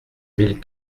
mille